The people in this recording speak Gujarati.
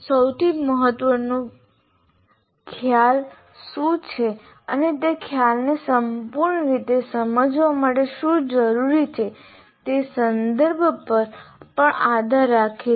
સૌથી મહત્વપૂર્ણ ખ્યાલ શું છે અને તે ખ્યાલને સંપૂર્ણ રીતે સમજવા માટે શું જરૂરી છે તે સંદર્ભ પર પણ આધાર રાખે છે